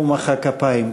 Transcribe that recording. והוא מחא כפיים,